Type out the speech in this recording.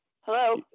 Hello